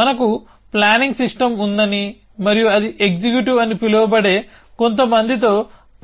మనకు planning system ఉందని మరియు అది ఎగ్జిక్యూటివ్ అని పిలువబడే కొంతమందితో